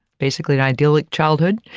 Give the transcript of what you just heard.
basically an idyllic childhood.